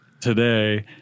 today